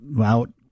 out